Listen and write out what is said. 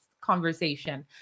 conversation